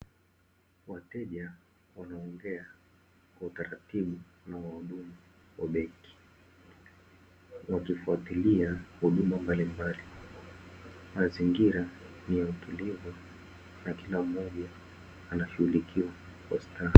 wateja wanaongea kwa utaratibu na wahudumu wa benki, wakifuatilia huduma mbalimbali ,mazingira ni ya utulivu na kila mmoja anashughulikiwa kwa staa.